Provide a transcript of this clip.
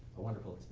a wonderful